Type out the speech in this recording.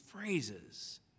phrases